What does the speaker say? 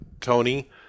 Tony